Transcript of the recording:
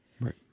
Right